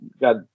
got